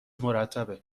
مرتبه